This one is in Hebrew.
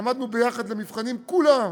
שלמדנו ביחד למבחנים, כולם.